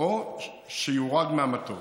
לו או שיורד מהמטוס.